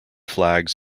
flags